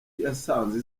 yasanze